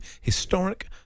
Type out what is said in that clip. historic